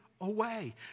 away